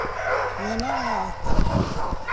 ᱢᱮᱱᱟᱜᱼᱟ ᱮᱱᱛᱮᱫ